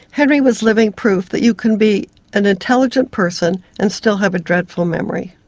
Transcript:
henry was living proof that you can be an intelligent person and still have a dreadful memory.